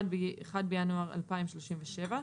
1 בינואר 2037,